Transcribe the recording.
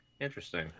Interesting